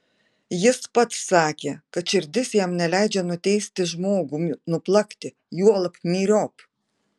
jis pats sakė kad širdis jam neleidžia nuteisti žmogų nuplakti juolab myriop